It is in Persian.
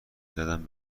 زدم